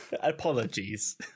Apologies